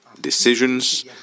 decisions